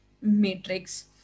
matrix